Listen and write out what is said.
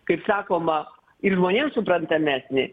kaip sakoma ir žmonėms suprantamesnį